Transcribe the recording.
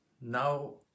Now